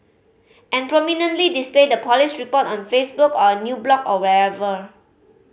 and prominently display the police report on Facebook or a new blog or wherever